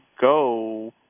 go